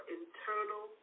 internal